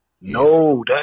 No